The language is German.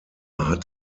hat